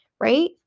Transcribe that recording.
right